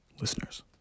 listeners